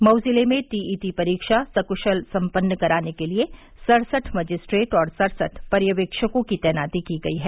मऊ जिले में टीईटी परीक्षा सकूशल सम्पन्न कराने के लिए सड़सठ मजिस्ट्रेट और सड़सठ पर्यवेक्षकों की तैनाती की गयी है